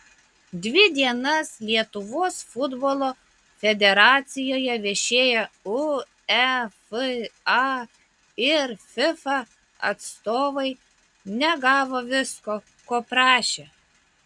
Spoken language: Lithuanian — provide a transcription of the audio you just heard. dvi dienas lietuvos futbolo federacijoje viešėję uefa ir fifa atstovai negavo visko ko prašė